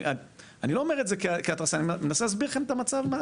אני לא אומר כהתרסה, אני מנסה להסביר לכם את המצב.